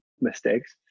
mistakes